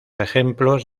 ejemplos